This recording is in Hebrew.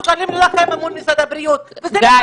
אנחנו פרסמנו קול קורא להגשת רעיונות לתרבות מחוץ לקופסה.